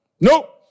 Nope